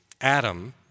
Adam